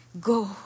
Go